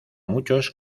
muchos